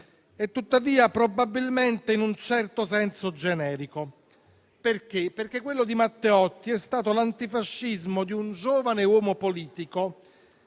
e tuttavia probabilmente, in un certo senso, generico, perché quello di Matteotti è stato l'antifascismo di un giovane uomo politico